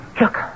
Look